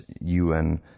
UN